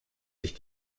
sich